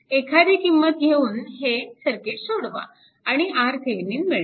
एखादी किंमत घेऊन हे सर्किट सोडवा आणि RThevenin मिळवा